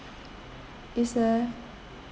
it's a